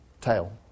tail